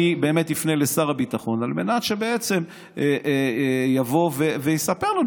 אני באמת אפנה לשר הביטחון על מנת שבעצם יבוא ויספר לנו.